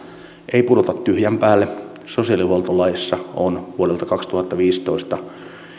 eivät pudota tyhjän päälle sosiaalihuoltolaissa on vuodelta kaksituhattaviisitoista